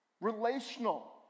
relational